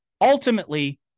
ultimately